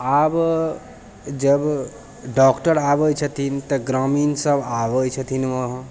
आब जब डॉक्टर आबै छथिन तऽ ग्रामीण सब आबै छथिन वहाँ